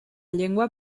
llengua